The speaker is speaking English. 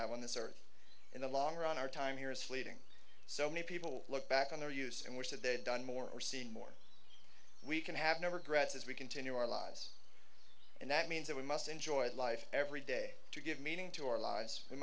have on this earth in the long run our time here is fleeting so many people look back on their use and wish that they had done more or seen more we can have never gretz as we continue our lives and that means that we must enjoy life every day to give meaning to our lives